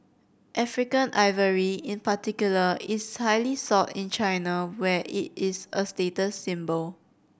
African ivory in particular is highly sought in China where it is a status symbol